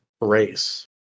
race